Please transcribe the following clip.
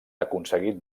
aconseguit